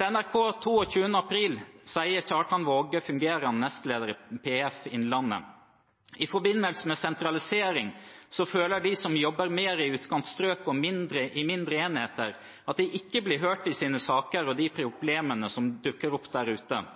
Til NRK 22. april sier Kjartan Waage, fungerende nestleder i PF Innlandet: «I forbindelse med sentralisering så føler de som jobber mer i utkantstrøk og i mindre enheter at de ikke blir hørt i sine saker, og de problemene som dukker opp der ute.»